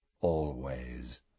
Always